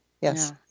yes